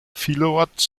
vielerorts